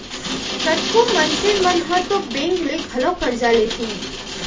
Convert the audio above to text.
कतको मनसे मन ह तो बेंक ले घलौ करजा लेथें